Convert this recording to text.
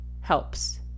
helps